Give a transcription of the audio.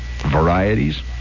varieties